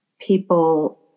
people